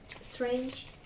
strange